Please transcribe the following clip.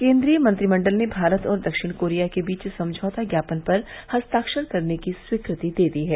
केन्द्रीय मंत्रिमंडल ने भारत और दक्षिण कोरिया के बीच समझौता ज्ञापन पर हस्ताक्षर करने की स्वीकृति दे दी है